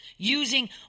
Using